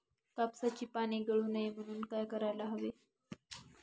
कापसाची पाने गळू नये म्हणून काय करायला हवे?